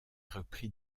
repris